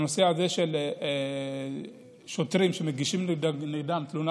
הנושא של שוטרים שמגישים נגדם תלונה